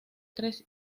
tres